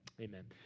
amen